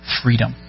freedom